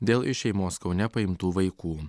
dėl iš šeimos kaune paimtų vaikų